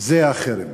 זה חרם.